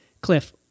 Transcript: Cliff